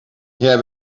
jij